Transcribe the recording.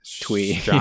Twee